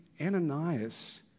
Ananias